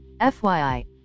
FYI